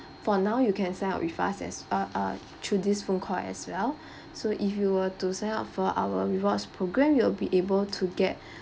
for now you can sign up with us as uh uh through this phone call as well so if you were to sign up for our rewards program you will be able to get